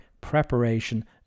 preparation